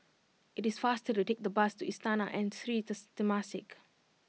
it is faster to take the bus to Istana and Sri Temasek